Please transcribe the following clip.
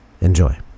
Enjoy